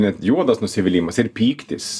net juodas nusivylimas ir pyktis